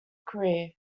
career